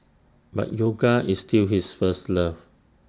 but yoga is still his first love